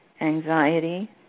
anxiety